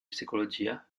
psicologia